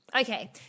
Okay